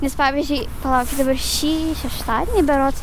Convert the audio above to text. nes pavyzdžiui palauk dabar šį šeštadienį berods